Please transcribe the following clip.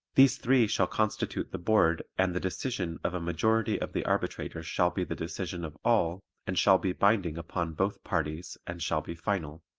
these three shall constitute the board and the decision of a majority of the arbitrators shall be the decision of all and shall be binding upon both parties and shall be final.